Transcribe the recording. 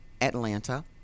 Atlanta